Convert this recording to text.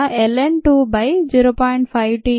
5 t ln 2 అనేది 0